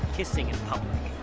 kissing in public.